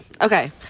Okay